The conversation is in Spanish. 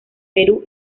perú